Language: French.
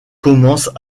commence